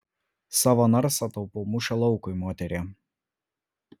savo narsą taupau mūšio laukui moterie